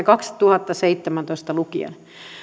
kaksituhattaseitsemäntoista lukien